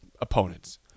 opponents